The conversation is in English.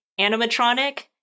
animatronic